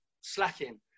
slacking